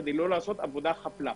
כדי לא לעשות עבודה חפלפ".